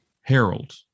Harold